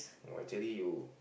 actually you